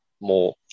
more